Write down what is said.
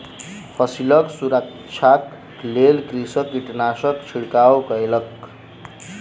फसिलक सुरक्षाक लेल कृषक कीटनाशकक छिड़काव कयलक